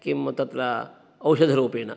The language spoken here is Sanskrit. किं तत्र औषधरूपेण